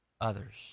Others